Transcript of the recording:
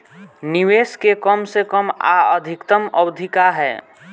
निवेश के कम से कम आ अधिकतम अवधि का है?